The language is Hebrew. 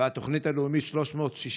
והתוכנית הלאומית 360 מעלות,